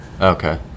okay